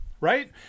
right